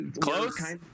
close